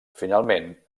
finalment